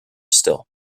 still